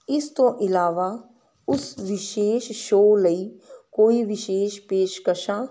ਇਸ ਤੋਂ ਇਲਾਵਾ ਉਸ ਵਿਸ਼ੇਸ਼ ਸ਼ੋਅ ਲਈ ਕੋਈ ਵਿਸ਼ੇਸ਼ ਪੇਸ਼ਕਸ਼ਾਂ